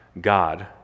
God